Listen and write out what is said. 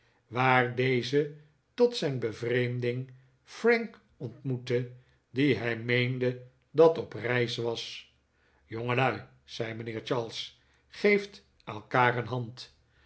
waar deze tot zijn bevreemding frank ontmoette dien hij meende dat op reis was jongelui zei mijnheer charles geeft elkaar een hand